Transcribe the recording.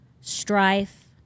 strife